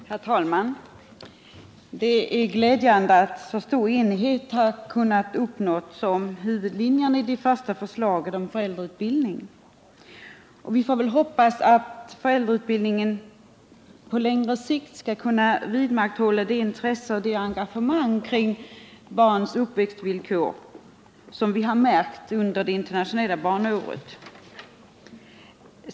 Herr talman! Det är glädjande att så stor enighet uppnåtts om huvudlinjerna i det första förslaget om föräldrautbildning. Vi får hoppas att man när det gäller föräldrautbildningen även på längre sikt skall kunna vidmakthålla det intresse och det engagemang kring barns uppväxtvillkor som vi märkt under det internationella barnåret.